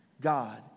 God